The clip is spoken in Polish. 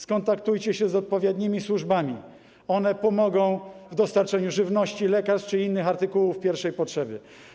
Skontaktujcie się z odpowiednimi służbami, one pomogą w dostarczeniu żywności, lekarstw czy innych artykułów pierwszej potrzeby.